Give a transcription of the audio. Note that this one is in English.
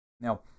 Now